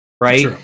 right